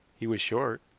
he was short,